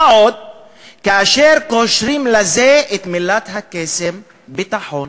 מה גם שקושרים לזה את מילת הקסם "ביטחון".